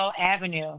Avenue